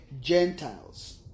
Gentiles